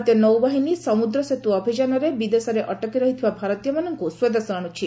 ଭାରତୀୟ ନୌବାହିନୀ ସମୁଦ୍ରସେତୁ ଅଭିଯାନରେ ବିଦେଶରେ ଅଟକି ରହିଥିବା ଭାରତୀୟମାନଙ୍କୁ ସ୍ୱଦେଶ ଆଣୁଛି